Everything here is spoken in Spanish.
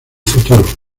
futuro